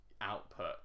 output